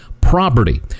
property